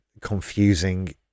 confusing